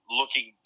looking